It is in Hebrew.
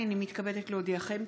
הינני מתכבדת להודיעכם,